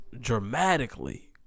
Dramatically